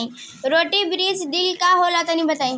Roto बीज drill का होला तनि बताई?